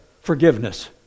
forgiveness